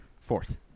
Fourth